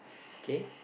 K